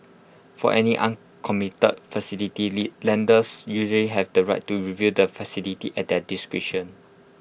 for any uncommitted facility the lenders usually have the right to review the facility at their discretion